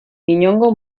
inongo